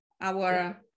our-